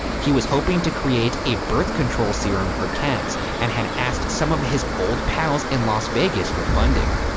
he was hoping to create a birth control serum for cats and had asked some of his old pals in las vegas for funding.